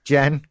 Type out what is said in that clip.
Jen